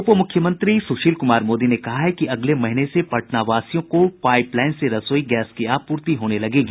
उप मुख्यमंत्री सुशील कुमार मोदी ने कहा है कि अगले महीने से पटनावासियों को पाईप लाईन से रसोई गैस की आपूर्ति होने लगेगी